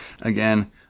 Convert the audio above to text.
again